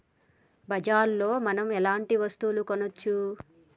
బజార్ లో మనం ఎలాంటి వస్తువులు కొనచ్చు?